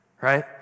right